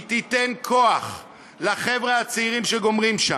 היא תיתן כוח לחבר'ה הצעירים שגומרים שם,